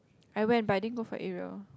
I went but I didn't go for aerial